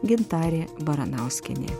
gintarė baranauskienė